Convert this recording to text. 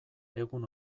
egun